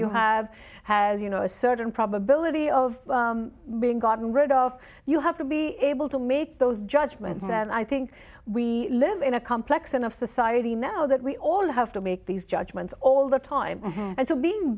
you have has you know a certain probability of being gotten rid of you have to be able to make those judgments and i think we live in a complex and of society now that we all have to make these judgments all the time and so being